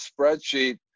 spreadsheet